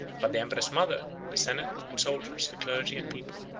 but the empress-mother, the senate and soldiers, the clergy and people,